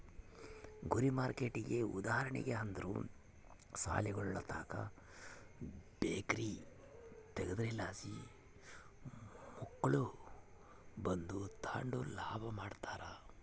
ಗುರಿ ಮಾರ್ಕೆಟ್ಗೆ ಉದಾಹರಣೆ ಅಂದ್ರ ಸಾಲಿಗುಳುತಾಕ ಬೇಕರಿ ತಗೇದ್ರಲಾಸಿ ಮಕ್ಳು ಬಂದು ತಾಂಡು ಲಾಭ ಮಾಡ್ತಾರ